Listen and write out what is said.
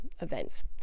events